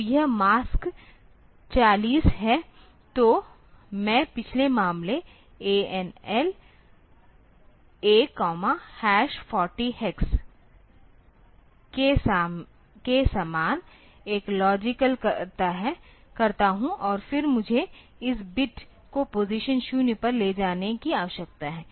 तो यह मास्क 4 0 है तो मैं पिछले मामले ANL A 40 हेक्स के समान एक लॉजिकल करता हूं और फिर मुझे इस बिट को पोजीशन 0 पर ले जाने की आवश्यकता है